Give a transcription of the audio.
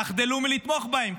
תחדלו ולתמוך בהם,